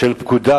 של פקודה,